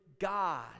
God